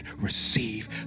receive